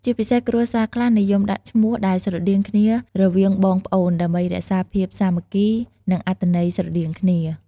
ជាពិសេសគ្រួសារខ្លះនិយមដាក់ឈ្មោះដែលស្រដៀងគ្នារវាងបងប្អូន ដើម្បីរក្សាភាពសាមគ្គី និងអត្ថន័យស្រដៀងគ្នា។